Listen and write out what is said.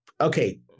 okay